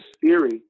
theory